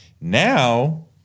Now